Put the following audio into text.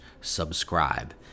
subscribe